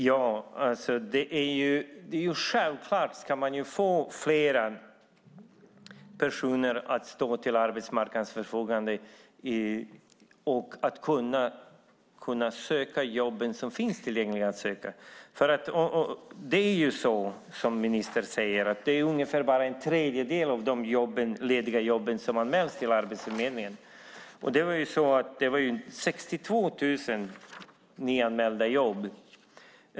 Fru talman! Självklart ska fler personer som står till arbetsmarknadens förfogande kunna söka de jobb som finns tillgängliga att söka. Precis som ministern säger är det bara ungefär en tredjedel av de lediga jobben som anmäls till Arbetsförmedlingen. Det finns 62 000 nyanmälda jobb.